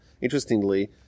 Interestingly